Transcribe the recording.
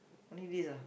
only this ah